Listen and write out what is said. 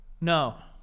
No